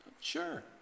sure